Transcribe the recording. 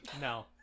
no